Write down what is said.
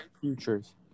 Futures